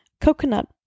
Coconut